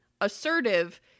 Assertive